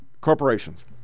corporations